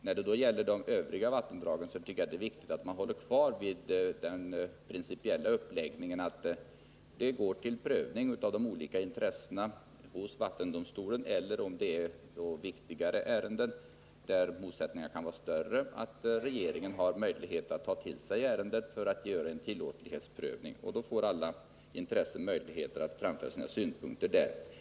När det gäller övriga vattendrag tycker jag att det är viktigt att hålla fast vid den principiella uppläggningen att vattendomstolen får pröva de olika intressena eller — om det är ett viktigare ärende där motsättningarna kan vara större — att regeringen har möjlighet att göra en tillåtlighetsprövning. Då får alla intressenter tillfälle att framföra sina synpunkter.